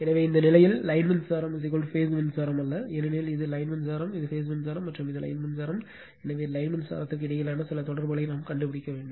எனவே இந்த நிலையில் லைன் மின்சாரம் பேஸ் மின்சாரம் அல்ல ஏனெனில் இது லைன் மின்சாரம் இது பேஸ் மின்சாரம் மற்றும் இது லைன் மின்சாரம் எனவே லைன் மின்சாரத்திற்கு இடையிலான சில தொடர்புகளை நாம் கண்டுபிடிக்க வேண்டும்